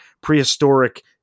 prehistoric